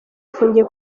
afungiye